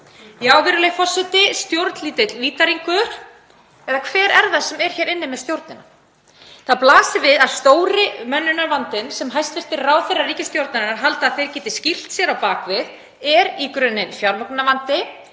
Já, virðulegi forseti, stjórnlítill vítahringur eða hver er það sem er hér inni með stjórnina? Það blasir við að stóri mönnunarvandinn, sem hæstv. ráðherrar ríkisstjórnarinnar halda að þeir geti skýlt sér á bak við, er í grunninn fjármögnunarvandi.